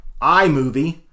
iMovie